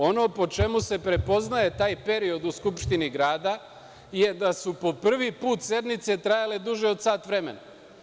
Ono po čemu se prepoznaje taj period u Skupštini grada je da su po prvi put sednice trajale duže od sat vremena.